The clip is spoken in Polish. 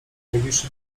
najbliższy